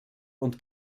und